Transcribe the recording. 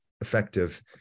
effective